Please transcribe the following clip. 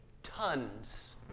tons